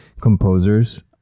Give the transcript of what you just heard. composers